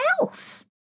else